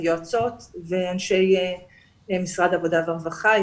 היועצות ואנשי משרד העבודה והרווחה,